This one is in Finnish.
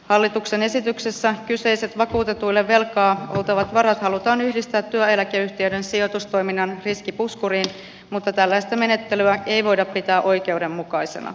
hallituksen esityksessä kyseiset vakuutetuille velkaa oltavat varat halutaan yhdistää työeläkeyhtiöiden sijoitustoiminnan riskipuskuriin mutta tällaista menettelyä ei voida pitää oikeudenmukaisena